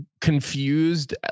confused